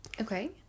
Okay